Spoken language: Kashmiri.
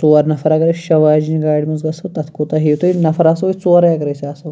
ژور نَفَر اَگَر أسۍ شیٚے واجنہِ گاڑِ مَنٛز گَژھو تَتھ کوتاہ ہیٚیِو تُہۍ نَفَر آسَو أسۍ ژورے اَگَر أسۍ آسو